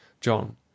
John